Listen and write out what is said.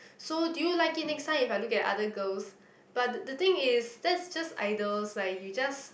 so do you like it next time if I look at other girls but the thing is that's just idols like you just